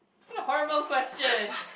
what a horrible question